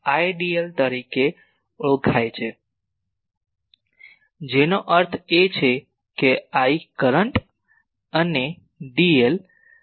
dl તરીકે લખાય છે જેનો અર્થ છે કે I કરંટ અને dl છે